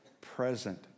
present